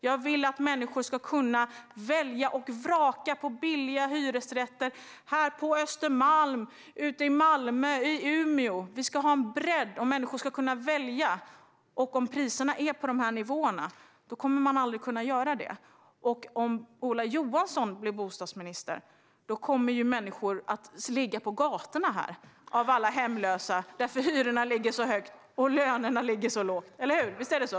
Jag vill att människor ska kunna välja och vraka bland billiga hyresrätter på Östermalm, i Malmö och i Umeå. Vi ska ha en bredd, och människor ska kunna välja. Om priserna är på de här nivåerna kommer man aldrig att kunna göra det. Om Ola Johansson blir bostadsminister kommer människor att ligga hemlösa på gatorna därför att hyrorna ligger så högt och lönerna så lågt. Eller hur? Visst är det så?